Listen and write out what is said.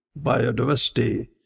biodiversity